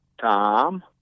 Tom